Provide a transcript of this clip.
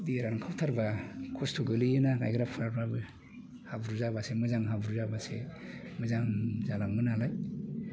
दैया रानखावथारबा खस्थ' गोग्लैयोना गायग्रा फुग्राफ्राबो हाब्रु जाबासो मोजां हाब्रु जाबासो मोजां जालाङो नालाय